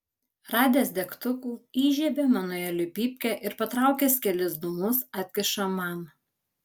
radęs degtukų įžiebia manueliui pypkę ir patraukęs kelis dūmus atkiša man